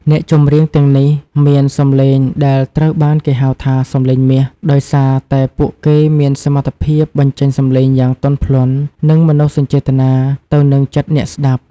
អ្នកចម្រៀងទាំងនេះមានសម្លេងដែលត្រូវបានគេហៅថា “សម្លេងមាស” ដោយសារតែពួកគេមានសមត្ថភាពបញ្ចេញសំឡេងយ៉ាងទន់ភ្លន់ និងមនោសញ្ចេតនាទៅនឹងចិត្តអ្នកស្ដាប់។